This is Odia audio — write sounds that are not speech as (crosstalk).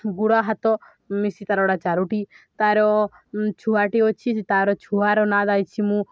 ଗୋଡ଼ ହାତ ମିଶି ତା'ର (unintelligible) ଚାରୋଟି ତା'ର ଛୁଆଟି ଅଛି ତା'ର ଛୁଆର ନାଁ ଦେଇଛି ମୁଁ